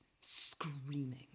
screaming